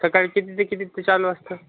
सकाळी किती ते किती ते चालू असतं